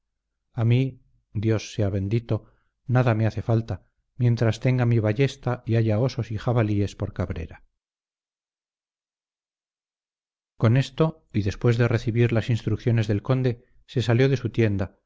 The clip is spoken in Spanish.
a mí dios sea bendito nada me hace falta mientras tenga mi ballesta y haya osos y jabalíes por cabrera con esto y después de recibir las instrucciones del conde se salió de su tienda